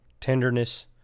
tenderness